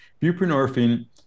Buprenorphine